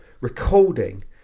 recording